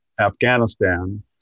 Afghanistan